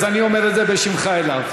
אז אני אומר את זה בשמך אליו.